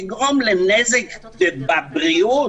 לגרום לנזק בבריאות,